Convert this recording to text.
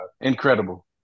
Incredible